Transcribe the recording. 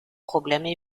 problèmes